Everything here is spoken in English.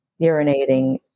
urinating